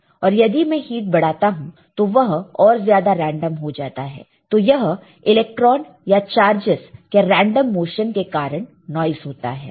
और यदि मैं हीट बढ़ाता हूं तो वह और ज्यादा रेंडम हो जाता है तो यह इलेक्ट्रॉन या चार्जस के रेंडम मोशन के कारण नॉइस होता है